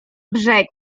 brzeg